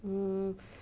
hmm